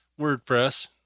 WordPress